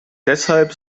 deshalb